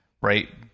right